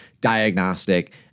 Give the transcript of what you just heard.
diagnostic